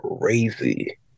crazy